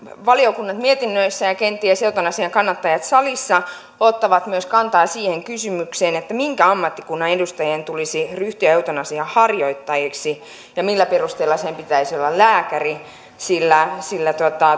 valiokunnat mietinnöissään ja kenties eutanasian kannattajat salissa ottavat myös kantaa siihen kysymykseen minkä ammattikunnan edustajien tulisi ryhtyä eutanasian harjoittajiksi ja millä perusteella sen pitäisi olla lääkäri sillä sillä